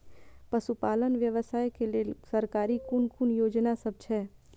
पशु पालन व्यवसाय के लेल सरकारी कुन कुन योजना सब छै?